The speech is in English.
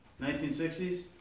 1960s